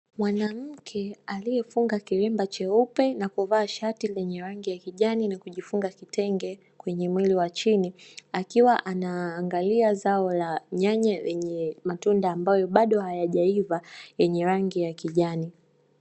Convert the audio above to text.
Mwanamke aliyefunga kilemba cheupe na kuvaa shati lenye rangi ya kijani, na kujifunga kitenge kwenye mwili wa chini, akiwa anaangalia zao la nyanya lenye matunda ambayo bado hayajaiva yenye rangi ya kijani.